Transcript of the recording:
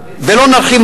ולא נרחיב,